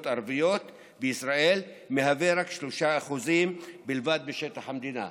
ערביות בישראל מהווה 3% בלבד משטח המדינה.